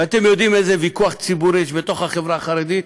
ואתם יודעים איזה ויכוח ציבורי יש בתוך החברה החרדית.